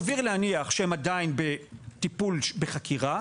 סביר להניח שהם עדין בטיפול בחקירה